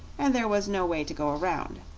and there was no way to go around.